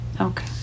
okay